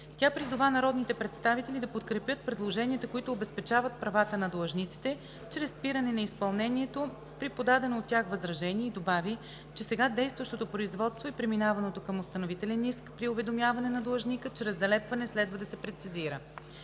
Тя призова народните представители да подкрепят предложенията, които обезпечават правата на длъжниците чрез спиране на изпълнението при подадено от тях възражение и добави, че сега действащото производство и преминаването към установителен иск при уведомяване на длъжника чрез залепване следва да се прецизира.